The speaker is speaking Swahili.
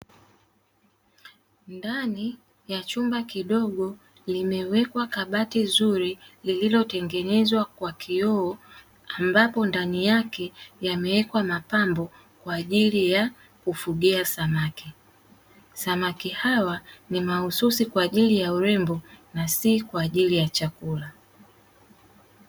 Ndani ya chumba kidogo limewekwa kabati zuri lililotengenezwa kwa kioo, ambapo ndani yake yamewekwa mapambo kwa ajili ya kufugia samaki. Samaki hawa ni mahususi kwa ajili ya urembo na si kwa ajili ya chakula.